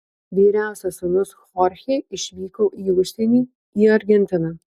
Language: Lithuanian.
vyriausias sūnus chorchė išvyko į užsienį į argentiną